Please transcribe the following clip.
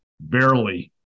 barely